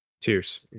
Tears